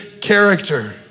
character